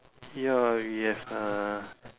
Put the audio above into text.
ya we have a